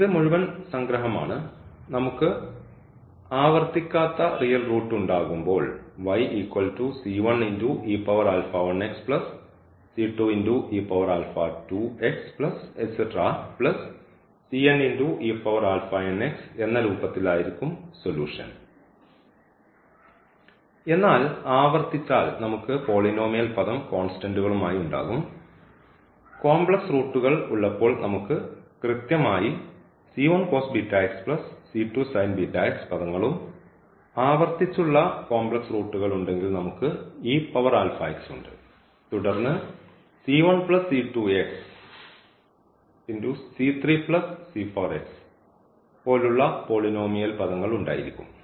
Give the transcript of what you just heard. ഇത് മുഴുവൻ സംഗ്രഹമാണ് നമുക്ക് ആവർത്തിക്കാത്ത റിയൽ റൂട്ട് ഉണ്ടാകുമ്പോൾ എന്ന രൂപത്തിൽ ആയിരിക്കും സൊല്യൂഷൻ എന്നാൽ ആവർത്തിച്ചാൽ നമുക്ക് പോളിനോമിയൽ പദം കോൺസ്റ്റന്റ്കളുമായി ഉണ്ടാകും കോംപ്ലക്സ് റൂട്ടുകൾ ഉള്ളപ്പോൾ നമുക്ക് കൃത്യമായി പദങ്ങളും ആവർത്തിച്ചുള്ള കോംപ്ലക്സ് റൂട്ടുകൾ ഉണ്ടെങ്കിൽ നമുക്ക് ഉണ്ട് തുടർന്ന് പോലുള്ള പോളിനോമിയൽ പദങ്ങൾ ഉണ്ടായിരിക്കും